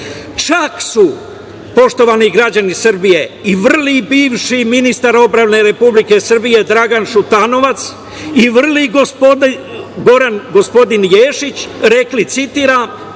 čak su, poštovani građani Srbije i vrli bivši ministar odbrane Republike Srbije, Dragan Šutanovac i vrli gospodin Goran Ješić, rekli, citiram